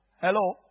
Hello